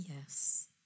Yes